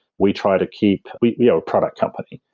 we try to keep we we are a product company,